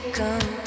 come